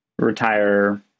retire